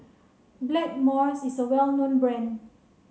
Blackmores is a well known brand